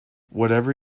whatever